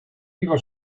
vivo